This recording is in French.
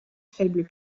faible